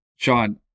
Sean